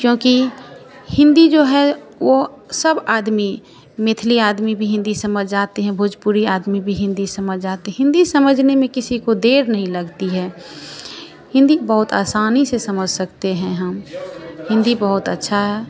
क्योंकि हिन्दी जो है वह सब आदमी मेथिली आदमी भी हिन्दी समझ जाते हैं भोजपुरी आदमी भी हिन्दी समझ जाते हिन्दी समझने में किसी को देर नहीं लगती है हिन्दी बहुत आसानी से समझ सकते हैं हम हिन्दी बहुत अच्छी है